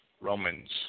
Romans